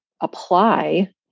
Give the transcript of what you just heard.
apply